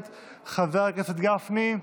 חבר הכנסת גפני,